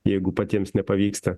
jeigu patiems nepavyksta